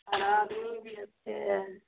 और आदमी भी अच्छे है